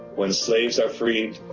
when slaves are freed,